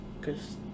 Cause